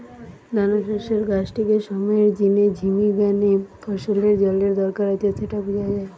দানাশস্যের গাছটিকে সময়ের জিনে ঝিমি গ্যানে ফসলের জলের দরকার আছে স্যাটা বুঝা যায়